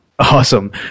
Awesome